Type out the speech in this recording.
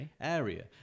area